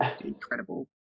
incredible